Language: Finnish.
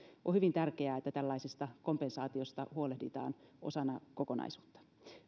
on hyvin tärkeää että tällaisesta kompensaatiosta huolehditaan osana kokonaisuutta